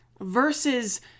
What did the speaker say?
versus